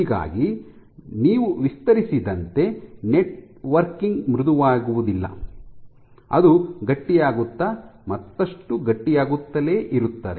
ಹೀಗಾಗಿ ನೀವು ವಿಸ್ತರಿಸಿದಂತೆ ನೆಟ್ವರ್ಕಿಂಗ್ ಮೃದುವಾಗುವುದಿಲ್ಲ ಅದು ಗಟ್ಟಿಯಾಗುತ್ತ ಮತ್ತಷ್ಟು ಗಟ್ಟಿಯಾಗುತ್ತಲೇ ಇರುತ್ತದೆ